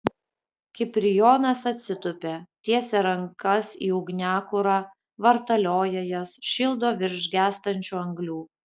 kiprijonas atsitupia tiesia rankas į ugniakurą vartalioja jas šildo virš gęstančių anglių